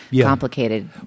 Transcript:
complicated